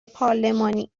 پارلمانی